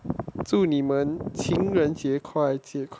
祝你们情人节快乐